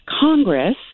Congress